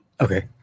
Okay